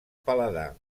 paladar